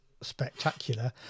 spectacular